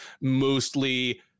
mostly